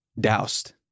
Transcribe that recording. doused